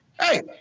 hey